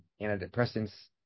antidepressants